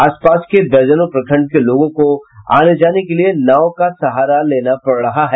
आसपास के दर्जनों प्रखण्ड के लोगों को आनेजाने के लिये नाव का सहारा लेना पड़ रहा है